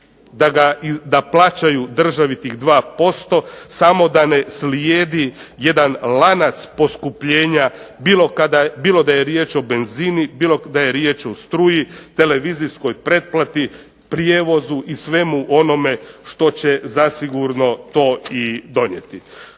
da plaćaju državi tih 2% samo da ne slijedi jedan lanac poskupljenja bilo da je riječ o benzinu, bilo da je riječ o struji, televizijskoj pretplati, prijevozu i svemu onome što će zasigurno to i donijeti.